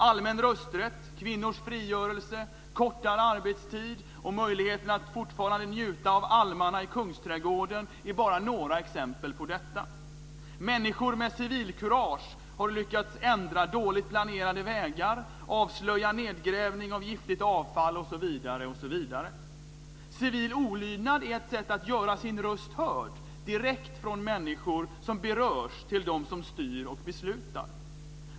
Allmän rösträtt, kvinnors frigörelse, kortare arbetstid och möjligheten att fortfarande njuta av almarna i Kungsträdgården är bara några exempel på detta. Människor med civilkurage har lyckats ändra dåligt planerade vägar, avslöja nedgrävning av giftigt avfall osv. Civil olydnad är ett sätt att göra sin röst hörd, direkt från människor som berörs till dem som styr och beslutar.